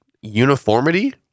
uniformity